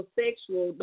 sexual